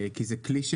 זה כלי,